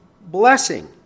blessing